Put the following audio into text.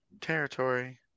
territory